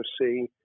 see